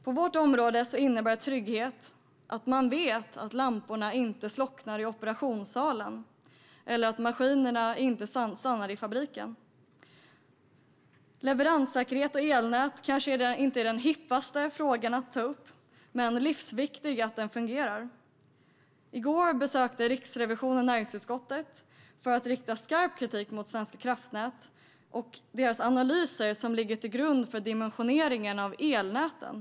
På våra områden innebär trygghet att man vet att lamporna inte slocknar i operationssalen eller att maskinerna inte stannar i fabriken. Leveranssäkerhet och elnät är kanske inte den hippaste frågan man kan ta upp, men det är livsviktigt att allt fungerar. I går besökte Riksrevisionen näringsutskottet för att rikta skarp kritik mot Svenska kraftnät och dess analyser som ligger till grund för dimensioneringen av elnäten.